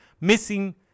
missing